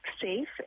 safe